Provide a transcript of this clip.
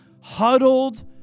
huddled